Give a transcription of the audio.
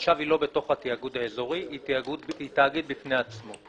ועכשיו היא לא בתוך התיאגוד האזורי היא תאגיד בפני עצמו.